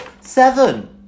Seven